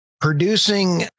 producing